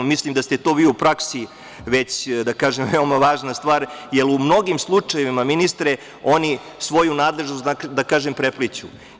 Mislim da ste to u praksi već, da kažem veoma važna stvar, jel u mnogim slučajevima ministre, oni svoju nadležnost prepliću.